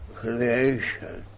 creation